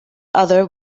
other